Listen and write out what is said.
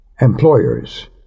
employers